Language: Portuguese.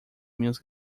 minhas